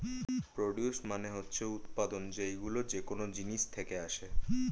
produce মানে হচ্ছে উৎপাদন, যেইগুলো যেকোন জিনিস থেকে আসে